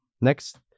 next